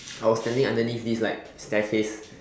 I was standing underneath this like staircase